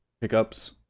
pickups